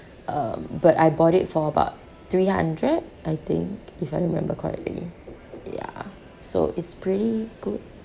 um but I bought it for about three hundred I think if I remember correctly yeah so it's pretty good